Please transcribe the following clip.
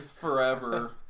Forever